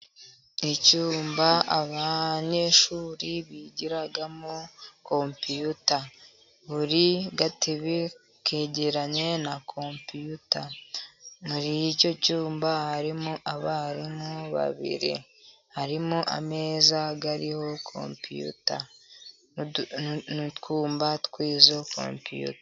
Icyumba abanyeshuri bigiramo kompiyuta buri gatebe kegeranye na kompiyuta, muri icyo cyumba harimo abarimu babiri, harimo ameza ariho kompiyuta n'utwumba tw'izo kompiyuta.